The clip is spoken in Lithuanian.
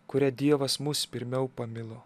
kuria dievas mus pirmiau pamilo